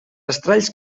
estralls